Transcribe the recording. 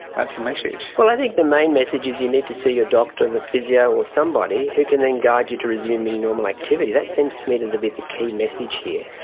that's the message. well, i think the main message is you need to see your doctor, the physio or somebody who can then guide you to resuming normal activity. that seems to me to be the key message here.